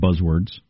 buzzwords